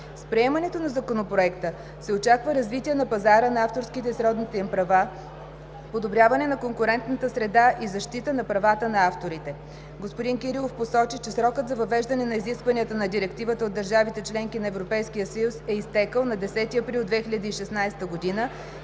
С приемането на Законопроекта се очаква развитие на пазара на авторските и сродните им права, подобряване на конкурентната среда и защита правата на авторите. Господин Кирилов посочи, че срокът за въвеждане на изискванията на Директивата от държавите – членки на Европейския съюз, е изтекъл на 10 април 2016 г.